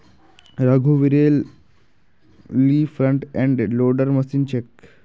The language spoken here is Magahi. रघुवीरेल ली फ्रंट एंड लोडर मशीन छेक